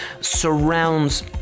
surrounds